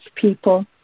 people